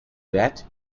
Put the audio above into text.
that